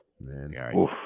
Man